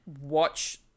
watch